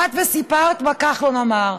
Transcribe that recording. באת וסיפרת מה כחלון אמר.